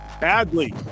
badly